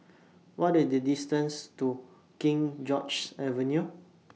What IS The distance to King George's Avenue